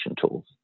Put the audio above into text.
tools